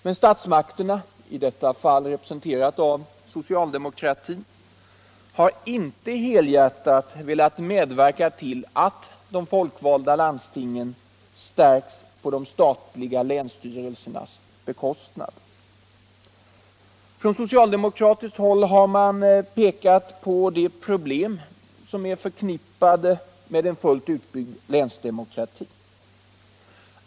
Men statsmakterna, i detta fall representerade av socialdemokratin, har inte helhjärtat velat medverka till att stärka de folkvalda landstingen på de statliga länsstyrelsernas bekostnad. Från socialdemokratiskt håll har man pekat på de problem som är förknippade med en fullt utbyggd länsdemokrati.